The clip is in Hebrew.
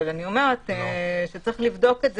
אבל צריך לבדוק את זה,